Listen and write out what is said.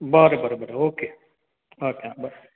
बरें बरें बरें ओके ओके बरें